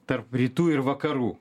tarp rytų ir vakarų